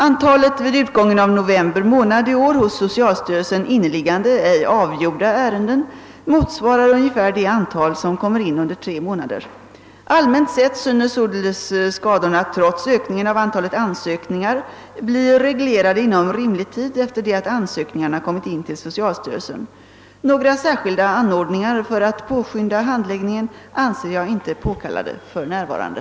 Antalet vid utgången av november månad i år hos socialstyrelsen inneliggande, ej avgjorda ärenden motsvarar ungefär det antal som kommer in under tre månader. Allmänt sett synes således skadorna trots ökningen av antalet ansökningar bli reglerade inom rimlig tid efter det att ansökningarna kommit in till socialstyrelsen. Några särskilda anordningar för att påskynda handJägg ningen anser jag inte påkallade för närvarande.